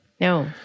No